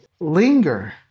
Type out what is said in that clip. linger